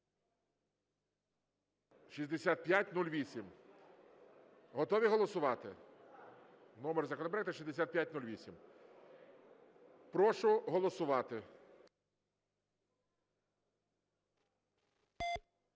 Номер законопроекту 6508. Прошу голосувати.